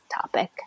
topic